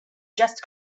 just